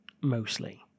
mostly